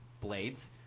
blades